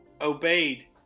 obeyed